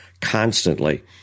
constantly